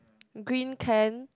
green can